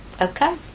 okay